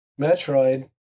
Metroid